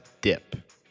dip